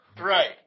right